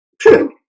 true